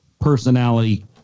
personality